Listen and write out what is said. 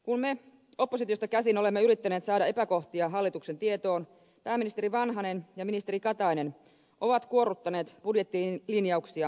kun me oppositiosta käsin olemme yrittäneet saada epäkohtia hallituksen tietoon pääministeri vanhanen ja ministeri katainen ovat kuorruttaneet budjettilinjauksia sokerilla